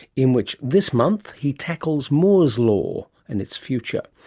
in which this month he tackles moore's law and its future,